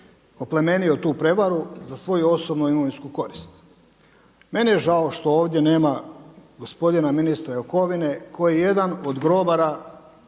oplemenio tu prevaru za svoju osobnu imovinsku korist. Meni je žao što ovdje nema gospodina ministra Jakovine koji je jedan od grobara